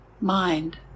Mind